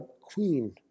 queen